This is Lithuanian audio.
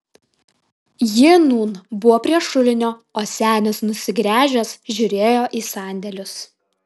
ji nūn buvo prie šulinio o senis nusigręžęs žiūrėjo į sandėlius